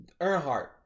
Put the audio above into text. Earnhardt